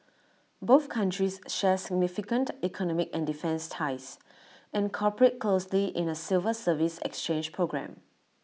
both countries share significant economic and defence ties and cooperate closely in A civil service exchange programme